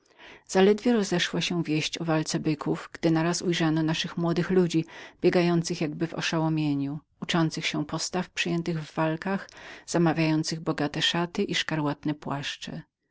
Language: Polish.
zaledwie rozeszła się wieść o walce byków gdy na raz ujrzano naszych młodych ludzi biegających jakby oszołowionychoszołomionych uczących się postaw przyjętych w walkach zamawiających bogate szaty i szkarłatne płaszcze